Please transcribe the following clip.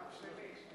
גם שלי.